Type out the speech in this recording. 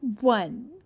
one